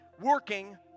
working